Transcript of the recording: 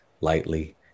lightly